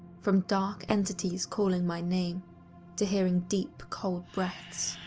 from dark entities calling my name to hearing deep, cold breaths